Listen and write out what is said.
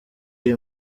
iyi